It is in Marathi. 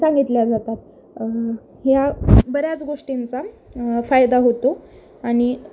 सांगितल्या जातात ह्या बऱ्याच गोष्टींचा फायदा होतो आणि